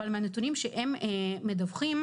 אבל מהנתונים שהם מדווחים,